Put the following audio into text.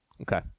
okay